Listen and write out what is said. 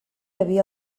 havia